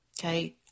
okay